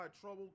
trouble